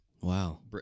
wow